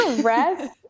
rest